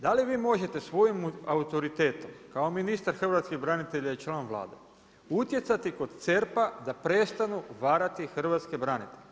Da li vi možete svojim autoritetom, kao ministar hrvatskih branitelja i član Vlade, utjecati kod CERP-a da prestanu varati hrvatske branitelje?